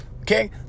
Okay